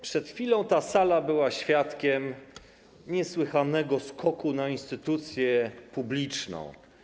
Przed chwilą ta sala była świadkiem niesłychanego skoku na instytucję publiczną.